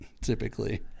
typically